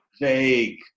vague